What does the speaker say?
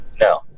No